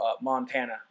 Montana